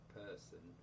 person